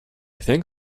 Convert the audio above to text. think